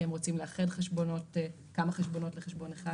הם רוצים לאחד מספר חשבונות לחשבון אחד,